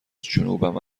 جنوبم